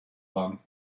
one